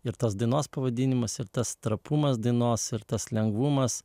ir tos dainos pavadinimas ir tas trapumas dainos ir tas lengvumas